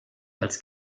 als